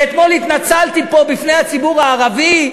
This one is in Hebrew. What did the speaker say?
ואתמול התנצלתי פה בפני הציבור הערבי,